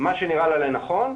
מה שנראה לה לנכון,